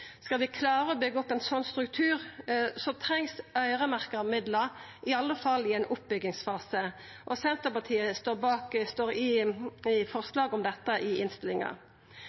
Skal vi klara å byggja opp ein sånn struktur, trengst det øyremerkte midlar, i alle fall i ein oppbyggingsfase. Senterpartiet står inne i forslag om dette i innstillinga.